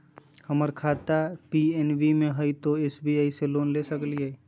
हमर खाता पी.एन.बी मे हय, तो एस.बी.आई से लोन ले सकलिए?